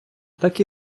так